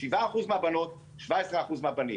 7% מהבנות, 17% מהבנים.